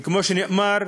וכמו שנאמר,